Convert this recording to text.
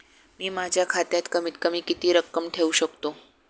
मी माझ्या खात्यात कमीत कमी किती रक्कम ठेऊ शकतो?